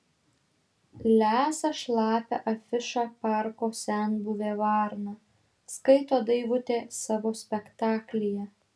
lesa šlapią afišą parko senbuvė varna skaito daivutė savo spektaklyje